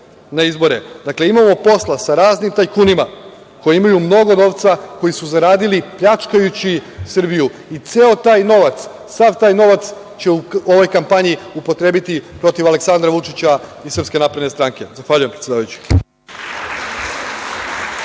na izbore. Dakle, imamo posla sa raznim tajkunima koji imaju mnogo novca, koji su zaradili pljačkajući Srbiju i ceo taj novac, sav taj novac će u ovoj kampanji upotrebiti protiv Aleksandra Vučića iz SNS. Zahvaljujem predsedavajući.